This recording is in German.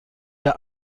der